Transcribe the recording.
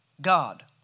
God